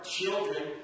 children